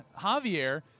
Javier